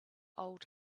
old